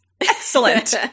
Excellent